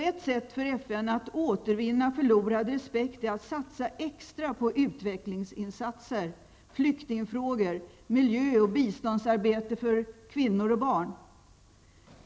Ett sätt för FN att återvinna förlorad respekt är att satsa extra på utvecklingsinsatser, flyktingfrågor, miljö och biståndsarbete för kvinnor och barn.